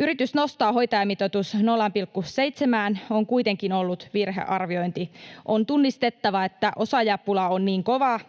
Yritys nostaa hoitajamitoitus 0,7:ään on kuitenkin ollut virhearviointi. On tunnistettava, että osaajapula on niin kova,